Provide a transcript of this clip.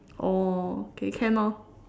oh okay can orh